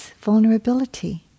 vulnerability